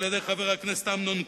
על-ידי חבר הכנסת אמנון כהן,